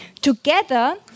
Together